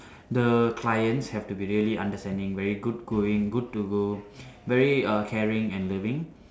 the clients have to be really understanding very good going good to go very err caring and loving